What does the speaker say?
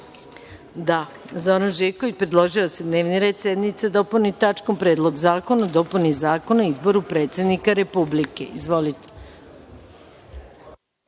predlog. Zoran Živković, predložio je da se dnevni red sednice dopuni tačkom – Predlog zakona o dopuni zakona o izboru predsednika Republike. Izvolite.